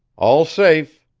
all safe.